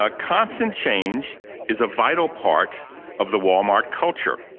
ah constant change is a vital part of the walmart culture.